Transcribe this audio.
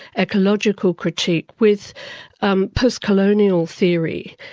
ecological critique, with um post-colonial theory,